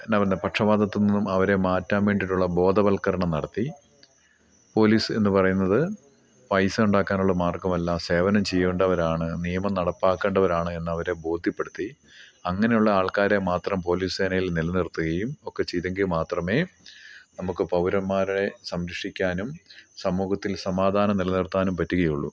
എന്നാ പറയുന്നത് പക്ഷപാതത്ത് നിന്നും അവരെ മാറ്റാൻ വേണ്ടിയിട്ടുള്ള ബോധവൽക്കരണം നടത്തി പോലീസ് എന്നു പറയുന്നത് പൈസ ഉണ്ടാക്കാനുള്ള മാർഗ്ഗമല്ല സേവനം ചെയ്യേണ്ടവരാണ് നിയമം നടപ്പാക്കേണ്ടവരാണ് എന്ന് അവരെ ബോധ്യപ്പെടുത്തി അങ്ങനെയുള്ള ആൾക്കാരെ മാത്രം പോലീസ് സേനയിൽ നിലനിർത്തുകയും ഒക്കെ ചെയ്തെങ്കിൽ മാത്രമേ നമുക്ക് പൗരന്മാരെ സംരക്ഷിക്കാനും സമൂഹത്തിൽ സമാധാനം നിലനിർത്താനും പറ്റുകയുള്ളൂ